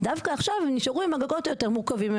דווקא עכשיו הן נשארו עם הגגות היותר מורכבים,